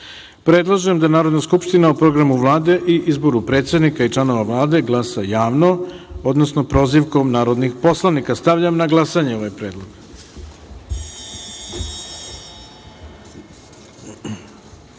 prozivkom. Predlažem da Narodna skupština o Programu Vlade i izboru predsednika i članova Vlade glasa javno, odnosno prozivkom narodnih poslanika. Stavljam na glasanje ovaj predlog. Molim